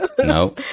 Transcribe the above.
no